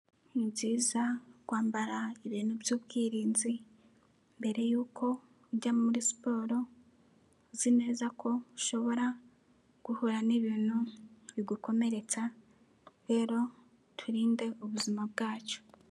Ni byiza kwambara ibintu by'ubwirinzi mbere yuko ujya muri siporo uzi neza ko ushobora guhura nibintu bigukomeretsa, rero turinde ubuzima bwacu.